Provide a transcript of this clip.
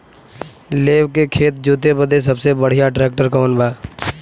लेव के खेत जोते बदे सबसे बढ़ियां ट्रैक्टर कवन बा?